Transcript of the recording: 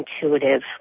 intuitive